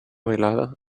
velada